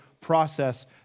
process